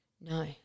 No